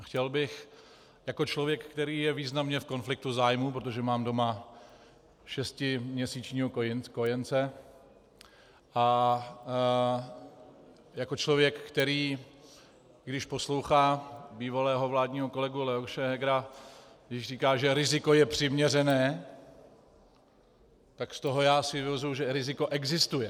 Chtěl bych jako člověk, který je významně v konfliktu zájmů, protože mám doma šestiměsíčního kojence, a jako člověk, který když poslouchá bývalého vládního kolegu Leoše Hegera, když říká, že riziko je přiměřené, tak z toho já si vyvozuji, že riziko existuje.